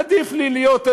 עדיף לי להיות,